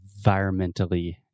environmentally